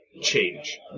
change